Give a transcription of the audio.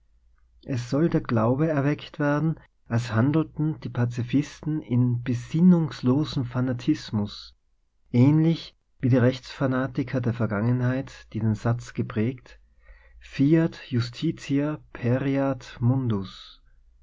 es soll der glaube erweckt werden als handelten die pazifisten in besinnungslosem fanatismus ähnlich wie die rechtsfanatiker der vergangenheit die den satz geprägt fiat justitia